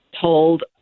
told